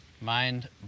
Mind